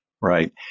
Right